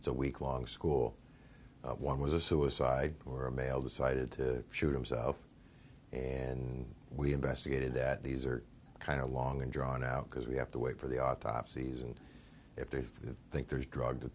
so week long school one was a suicide or a male decided to shoot himself and we investigated that these are kind of long and drawn out because we have to wait for the autopsies and if they think there's drug